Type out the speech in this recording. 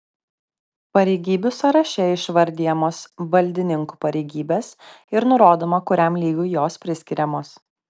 pareigybių sąraše išvardijamos valdininkų pareigybės ir nurodoma kuriam lygiui jos priskiriamos